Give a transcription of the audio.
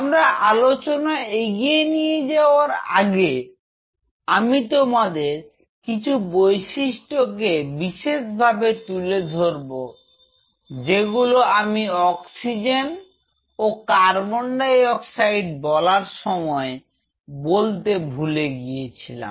আমরা আলোচনা এগিয়ে নিয়ে যাওয়ার আগে আমি তোমাদের কিছু বৈশিষ্ট্য কে বিশেষভাবে তুলে ধরব যেগুলো আমি অক্সিজেন ও কার্বন ডাই অক্সাইড বলার সময় বলতে ভুলে গিয়েছিলাম